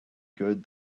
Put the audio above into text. good